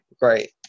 great